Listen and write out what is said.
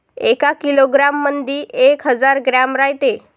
एका किलोग्रॅम मंधी एक हजार ग्रॅम रायते